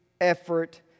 effort